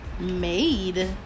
made